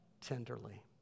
tenderly